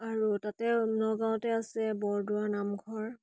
আৰু তাতে নগাঁৱতে আছে বৰদোৱা নামঘৰ